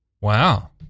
Wow